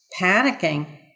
panicking